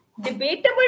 debatable